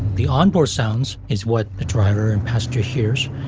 the onboard sounds is what the driver and passenger hears.